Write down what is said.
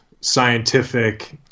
scientific